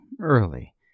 early